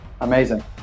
Amazing